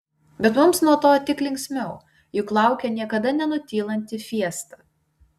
bet mums nuo to tik linksmiau juk laukia niekada nenutylanti fiesta